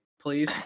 please